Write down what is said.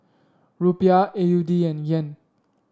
Rupiah A U D and Yen